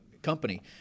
company